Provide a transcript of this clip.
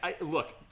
look